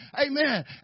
amen